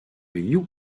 you